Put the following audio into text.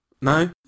no